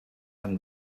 him